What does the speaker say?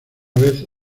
vez